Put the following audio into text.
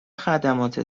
خدمات